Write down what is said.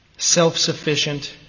self-sufficient